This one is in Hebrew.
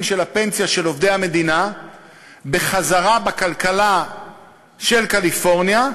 של הפנסיה של עובדי המדינה בחזרה בכלכלה של קליפורניה,